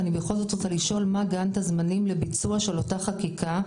ואני בכל זאת רוצה לשאול: מה גאנט הזמנים לביצוע של אותה חקיקה?